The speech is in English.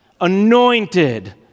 anointed